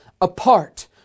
apart